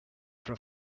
for